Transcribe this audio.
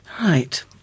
right